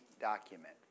document